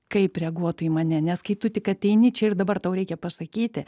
kaip reaguotų į mane nes kai tu tik ateini čia ir dabar tau reikia pasakyti